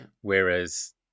whereas